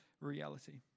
reality